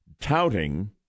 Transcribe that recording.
touting